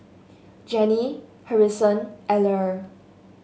Jenny Harrison Eller